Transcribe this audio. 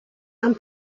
and